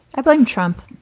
i blame trump.